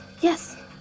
Yes